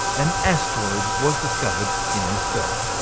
an asteroid was discovered in this belt.